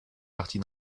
partie